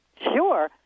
Sure